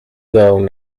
though